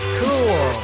cool